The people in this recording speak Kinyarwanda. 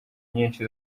nyinshi